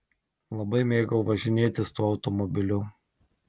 labai mėgau važinėtis tuo automobiliu